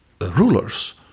rulers